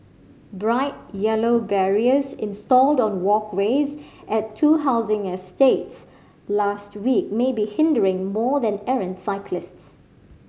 bright yellow barriers installed on walkways at two housing estates last week may be hindering more than errant cyclists